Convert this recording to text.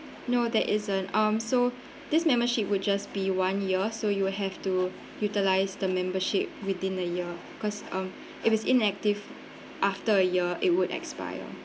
no there isn't um so this membership would just be one year so you have to utilise the membership within the year because um if it's inactive after a year it would expire